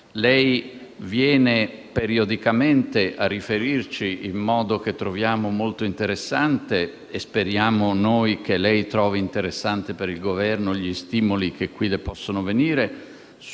viene periodicamente a riferirci, in un modo che troviamo molto interessante (e speriamo che lei trovi interessante per il Governo gli stimoli che da qui le possono venire),